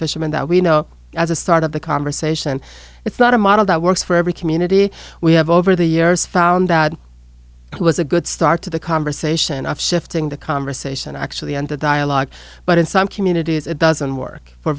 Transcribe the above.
fishermen that we know as a start of the conversation it's not a model that works for every community we have over the years found that was a good start to the conversation of shifting the conversation actually and the dialogue but in some communities it doesn't work for a